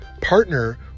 partner